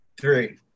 three